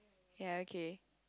ya okay